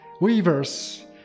weavers